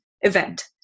event